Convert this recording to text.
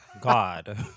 God